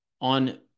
on